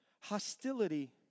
Hostility